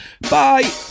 bye